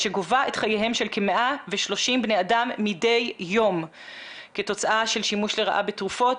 שגובה את חייהם של 130 בני אדם מדי יום כתוצאה של שימוש לרעה בתרופות,